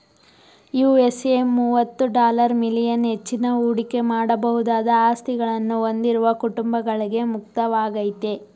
USA ಮುವತ್ತು dollar million ಹೆಚ್ಚಿನ ಹೂಡಿಕೆ ಮಾಡಬಹುದಾದ ಆಸ್ತಿಗಳನ್ನ ಹೊಂದಿರುವ ಕುಟುಂಬಗಳ್ಗೆ ಮುಕ್ತವಾಗೈತೆ